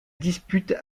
dispute